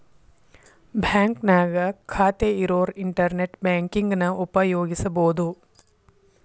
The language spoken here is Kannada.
ಬಾಂಕ್ನ್ಯಾಗ ಖಾತೆ ಇರೋರ್ ಇಂಟರ್ನೆಟ್ ಬ್ಯಾಂಕಿಂಗನ ಉಪಯೋಗಿಸಬೋದು